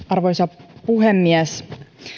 arvoisa puhemies